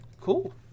Cool